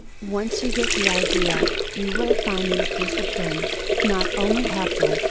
once you get the idea, you will find these disciplines, not only helpful,